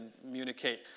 communicate